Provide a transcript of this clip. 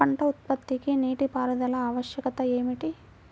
పంట ఉత్పత్తికి నీటిపారుదల ఆవశ్యకత ఏమిటీ?